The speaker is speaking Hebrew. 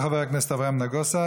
תודה רבה, חבר הכנסת אברהם נגוסה.